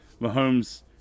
mahomes